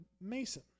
Mason